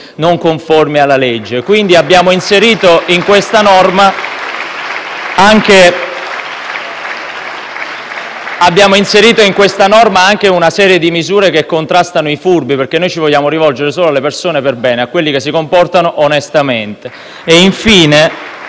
M5S e L-SP-PSd'Az).* Quindi, abbiamo inserito in questa norma anche una serie di misure che contrastano i furbi, perché noi ci vogliamo rivolgere solo alle persone perbene, a quelle che si comportano onestamente. *(Applausi